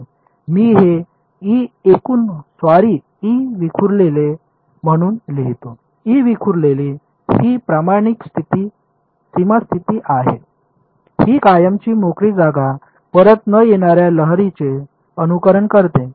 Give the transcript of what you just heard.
मी हे ई एकूण sorry E विखुरलेले म्हणून लिहितो ई विखुरलेली ही प्रमाणित सीमा स्थिती आहे ही कायमची मोकळी जागा परत न येणाऱ्या लहरीचे अनुकरण करते